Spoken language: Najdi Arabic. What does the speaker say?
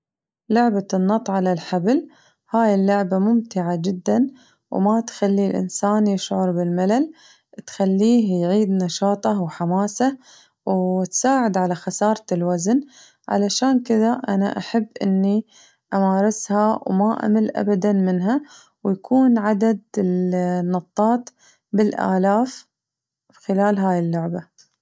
لعبة النط على الحبل، هاي اللعبة ممتعة جداً وما تخلي الإنسان يشعر بالملل تخليه يعيد نشاطه وحماسه وتساعد على خسارة الوزن علشان كذة أنا أحب إني أمارسها وما أمل أبداً منها ويكون عدد النطات بالآلاف خلال هاي اللعبة.